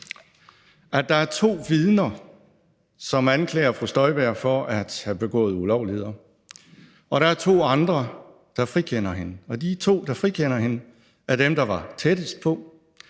at der er to vidner, som anklager fru Inger Støjberg for at have begået ulovligheder, og at der er to andre, der frikender hende, og de to, der frikender hende, er dem, der var tættest på,